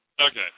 Okay